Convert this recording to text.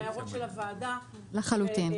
אנחנו מקשיבים להערות של הוועדה ואני